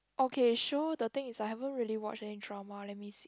okay sure the thing is I haven't really watch any drama let me see